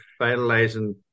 finalizing